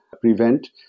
prevent